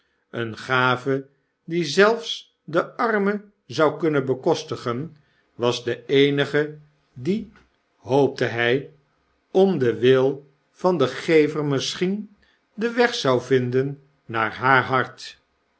eene gave die zelfs de arme zou kunnen bekostigen was de eenige die hoopte hy om den wil van den gever misschien den weg zou vinden naar haar hart